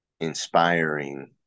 inspiring